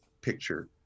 picture